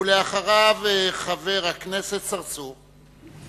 ואחריו, חבר הכנסת צרצור.